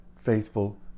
faithful